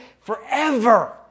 forever